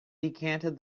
decanted